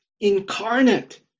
incarnate